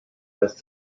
lässt